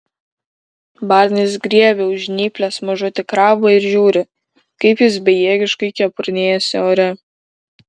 barnis griebia už žnyplės mažutį krabą ir žiūri kaip jis bejėgiškai kepurnėjasi ore